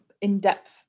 in-depth